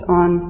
on